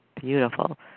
Beautiful